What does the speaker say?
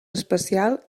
especial